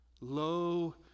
Lo